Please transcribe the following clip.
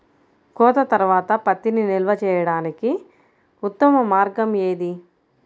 కోత తర్వాత పత్తిని నిల్వ చేయడానికి ఉత్తమ మార్గం ఏది?